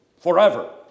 forever